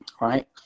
right